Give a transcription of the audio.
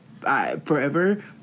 forever